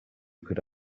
could